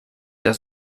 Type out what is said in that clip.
der